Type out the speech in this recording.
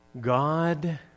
God